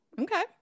Okay